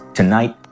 tonight